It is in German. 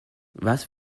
was